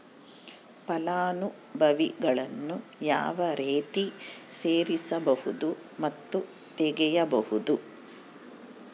ಫಲಾನುಭವಿಗಳನ್ನು ಯಾವ ರೇತಿ ಸೇರಿಸಬಹುದು ಮತ್ತು ತೆಗೆಯಬಹುದು?